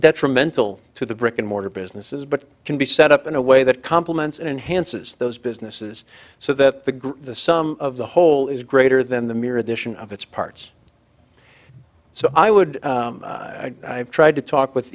detrimental to the brick and mortar businesses but can be set up in a way that complements enhances those businesses so that the group the sum of the whole is greater than the mere addition of its parts so i would have tried to talk with